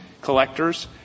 collectors